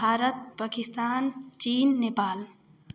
भारत पकिस्तान चीन नेपाल